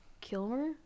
Kilmer